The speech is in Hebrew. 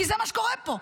כי זה מה שקורה פה,